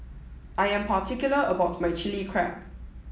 I am particular about my Chili Crab